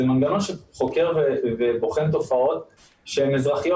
זה מנגנון שחוקר ובוחן תופעות שהן אזרחיות,